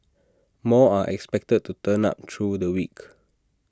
more are expected to turn up through the week